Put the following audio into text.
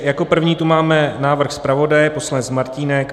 Jako první tu máme návrh zpravodaje poslanec Martínek.